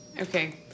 Okay